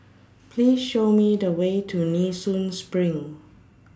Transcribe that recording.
Please Show Me The Way to Nee Soon SPRING